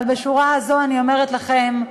אבל בשורה הזו אני אומרת לכם: